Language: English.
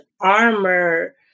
armor